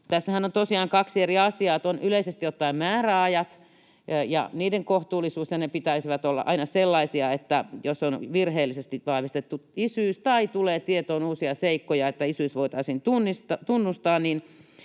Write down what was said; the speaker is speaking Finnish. tosiaan kaksi eri asiaa, yleisesti ottaen määräajat ja niiden kohtuullisuus — niiden pitäisi olla aina sellaisia, että jos on virheellisesti vahvistettu isyys tai tulee tietoon uusia seikkoja, että isyys voitaisiin tunnustaa, niin